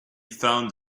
found